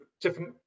different